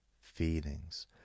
feelings